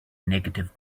negative